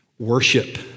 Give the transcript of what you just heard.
worship